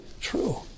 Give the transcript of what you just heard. true